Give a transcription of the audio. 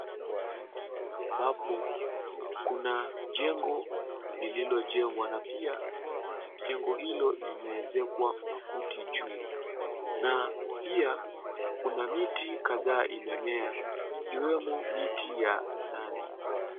Ambapo kuna jengo lililojengwa na pia jengo hilo limeezekwa makuti juu na pia kuna miti kadhaa imemea ikiwemo miti ya minazi.